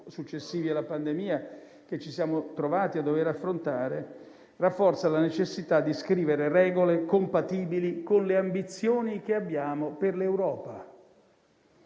successivi alla pandemia che ci siamo trovati a dover affrontare, rafforza la necessità di scrivere regole compatibili con le ambizioni che abbiamo per l'Europa.